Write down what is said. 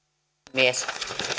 puhemies